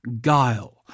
guile